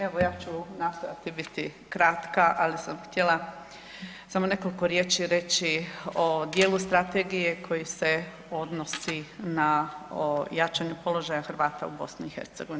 Evo ja ću nastojati biti kratka, ali sam htjela samo nekoliko riječi reći o dijelu strategije koji se odnosi na jačanju položaja Hrvata u BiH.